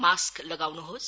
mask लगाउन्होस्